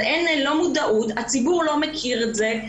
אז אין מודעות, הציבור לא מכיר את זה.